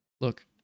Look